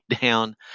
down